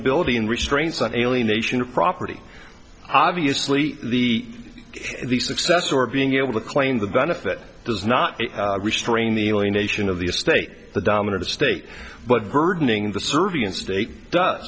ability in restraints on alienation of property obviously the success or being able to claim the benefit does not restrain the only nation of the state the dominant state but burdening the servian state d